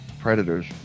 predators